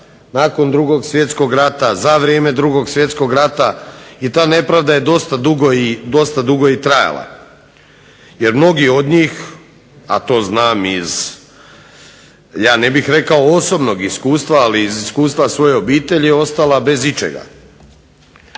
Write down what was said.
nakon Drugog svjetskog rata, za vrijeme Drugog svjetskog rata i ta nepravda je dosta dugo i trajala jer mnogi od njih, a to znam iz ja ne bih rekao osobnog iskustva ali iz iskustva svoje obitelji, ostala bez ičega.